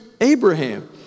Abraham